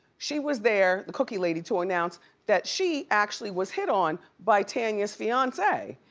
she was there, the cookie lady, to announce that she actually was hid on by tanya's fiance,